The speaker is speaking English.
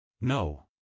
No